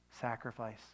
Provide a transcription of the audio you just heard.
sacrifice